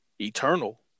Eternal